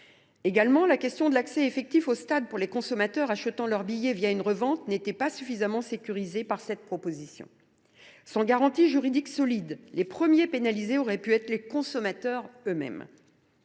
Par ailleurs, l’accès effectif aux stades pour les consommateurs achetant leurs billets une plateforme de revente n’était pas suffisamment sécurisé dans cette proposition de loi. Sans garantie juridique solide, les premiers pénalisés auraient pu être les consommateurs eux mêmes.